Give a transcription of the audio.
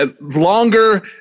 longer